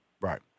right